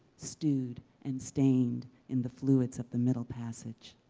stewed and stained in the fluids of the middle passage.